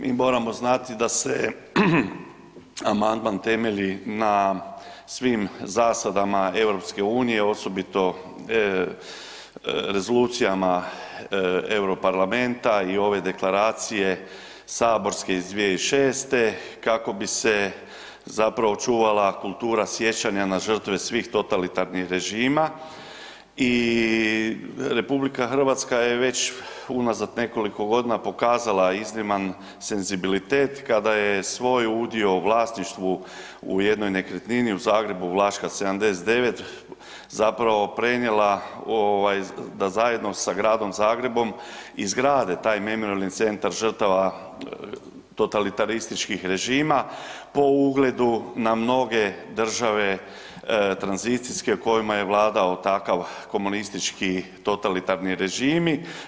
Mi moramo znati da se amandman temelji na svim zasadama EU, osobito rezolucijama Europarlamenta i ove deklaracije saborske iz 2006. kako bi se zapravo čuvala kultura sjećanja na žrtve svih totalitarnih režima i RH je već unazad nekoliko godina pokazala izniman senzibilitet kada je svoj udio u vlasništvu u jednoj nekretnini u Zagrebu, Vlaška 79 zapravo prenijela ovaj da zajedno sa Gradom Zagrebom izgrade taj Memorijalni centar žrtava totalitarističkih režima po ugledu na mnoge države tranzicijske u kojima je vladao takav komunistički totalitarni režimi.